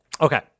Okay